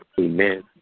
Amen